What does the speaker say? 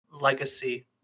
legacy